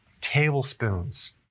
tablespoons